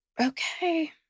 Okay